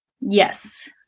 Yes